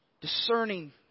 discerning